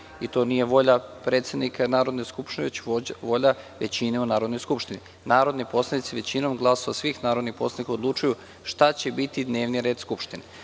i to nije volja predsednika Narodne skupštine, već volja većine u Narodnoj skupštini. Narodni poslanici, većinom glasova svih narodnih poslanika, odlučuju šta će biti dnevni red Skupštine. Što